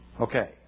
Okay